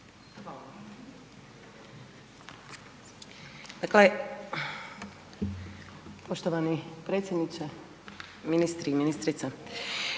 Dakle, poštovani predsjedniče, ministri i ministrica.